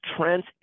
trends